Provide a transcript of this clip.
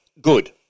Good